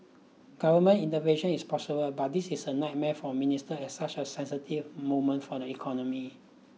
government intervention is possible but this is a nightmare for ministers at such a sensitive moment for the economy